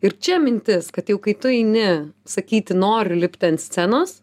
ir čia mintis kad jau kai tu eini sakyti noriu lipti ant scenos